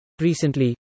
Recently